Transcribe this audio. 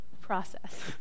process